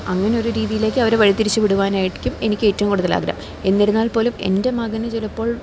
അങ്ങനെ ഒരു രീതിയിലേക്ക് അവര് വഴിതിരിച്ചു വിടുവാനായിരിക്കും എനിക്കേറ്റവും കൂടുതൽ ആഗ്രഹം എന്നിരുന്നാൽപ്പോലും എൻ്റെ മകനു ചിലപ്പോൾ